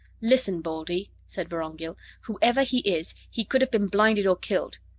listen, baldy, said vorongil, whoever he is, he could have been blinded or killed.